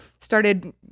started